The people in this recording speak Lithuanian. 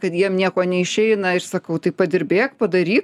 kad jiem nieko neišeina aš sakau tai padirbėk padaryk